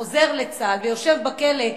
חוזר לצה"ל ויושב בכלא,